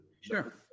sure